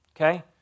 Okay